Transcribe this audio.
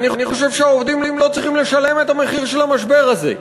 אני חושב שהעובדים לא צריכים לשלם את המחיר של המשבר הזה.